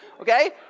okay